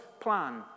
plan